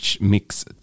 mix